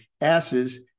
asses